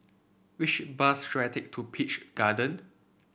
which bus should I take to Peach Garden